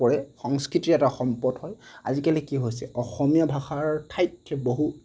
পৰে সংস্কৃতিৰ এটা সম্পদ হয় আজিকালি কি হৈছে অসমীয়া ভাষাৰ ঠাইত বহু